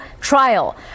trial